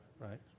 Right